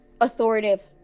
authoritative